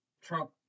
Trump